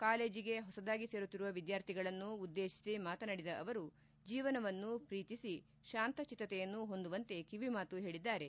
ಕಾಲೇಜಿಗೆ ಹೊಸದಾಗಿ ಸೇರುತ್ತಿರುವ ವಿದ್ಯಾರ್ಥಿಗಳನ್ನು ಉದ್ದೇಶಿಸಿ ಮಾತನಾಡಿದ ಅವರು ಜೀವನವನ್ನು ಪ್ರೀತಿಸಿ ಶಾಂತ ಚಿತ್ತತೆಯನ್ನು ಹೊಂದುವಂತೆ ಕಿವಿ ಮಾತು ಹೇಳಿದ್ದಾರೆ